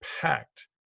packed